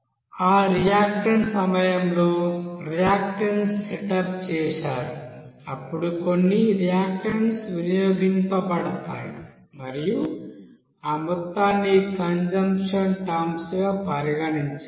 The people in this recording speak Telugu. ఆ రియాక్టన్ట్ సమయంలో రియాక్టన్స్ సెట్ అప్ చేసారు అప్పుడు కొన్ని రియాక్టన్స్ వినియోగించబడతాయి మరియు ఆ మొత్తాన్ని కంజంప్షన్స్ టర్మ్స్ గా పరిగణించాలి